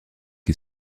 est